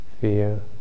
fear